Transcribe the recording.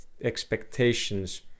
expectations